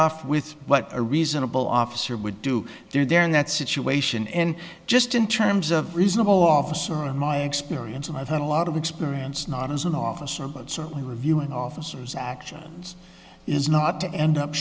off with what a reasonable officer would do there in that situation and just in terms of reasonable officer in my experience and i've had a lot of experience not as an officer but certainly reviewing officers actions is not to end up